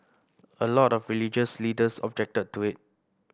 a lot of religious leaders objected to it